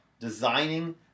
designing